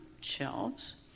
shelves